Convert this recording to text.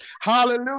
Hallelujah